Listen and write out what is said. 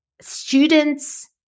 students